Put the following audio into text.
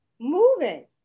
moving